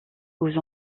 aux